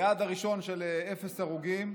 ביעד הראשון של אפס הרוגים,